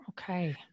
Okay